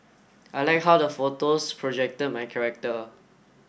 I like how the photos projected my character